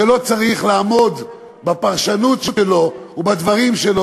שלא צריך לעמוד בפרשנות שלו ובדברים שלו,